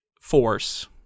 force